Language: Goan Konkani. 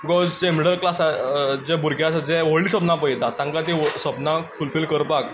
बिकॉज जे मिडल क्लास जे भुरगे आसात ते व्हडलीं सपनां पळयतात तांकां तीं सपनां फुलफील करपाक